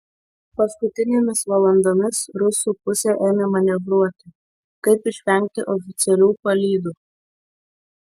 paskutinėmis valandomis rusų pusė ėmė manevruoti kaip išvengti oficialių palydų